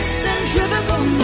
centrifugal